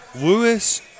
Lewis